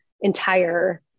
entire